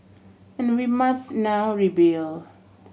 and we must now rebuild